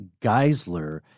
Geisler